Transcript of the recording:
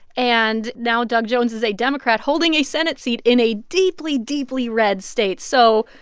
and now doug jones is a democrat holding a senate seat in a deeply, deeply red state. so,